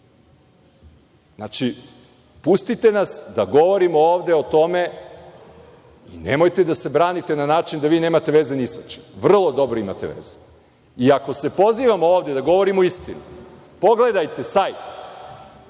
Znači, pustite nas da govorimo ovde o tome, nemojte da se branite na način da vi nemate veze ni sa čim. Vrlo dobro imate veze i, ako se pozivamo ovde da govorimo istinu, pogledajte sajt